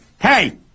hey